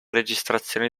registrazioni